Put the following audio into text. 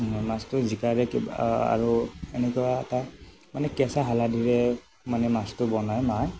মাছটো জিকাৰে কিবা আৰু সেনেকোৱা এটা মানে কেঁচা হালাধিৰে মানে মাছটো বনাই মায়ে